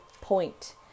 point